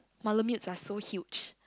malamutes are so huge